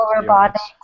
Robotics